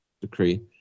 decree